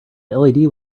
led